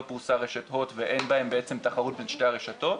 פרוסה רשת הוט ואין בהם בעצם תחרות בין שתי הרשתות,